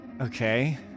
Okay